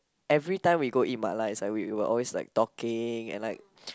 every time we go eat mala it's like we will always like talking and like